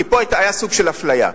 כי פה היה סוג של אפליה.